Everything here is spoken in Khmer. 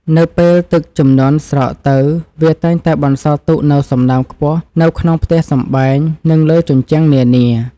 នៅពេលទឹកជំនន់ស្រកទៅវាតែងតែបន្សល់ទុកនូវសំណើមខ្ពស់នៅក្នុងផ្ទះសម្បែង និងលើជញ្ជាំងនានា។